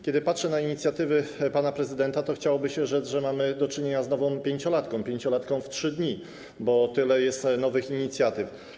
Kiedy patrzę na inicjatywy pana prezydenta, to chciałoby się rzec, że mamy do czynienia z nową pięciolatką, pięciolatką w 3 dni, bo tyle jest nowych inicjatyw.